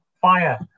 fire